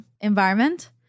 environment